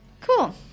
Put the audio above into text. Cool